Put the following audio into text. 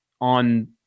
on